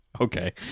Okay